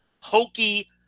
hokey